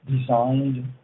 designed